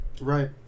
right